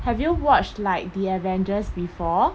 have you watched like the avengers before